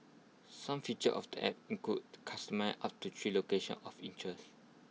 some features of the app include customer up to three locations of interest